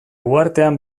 uhartean